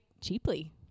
cheaply